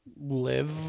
live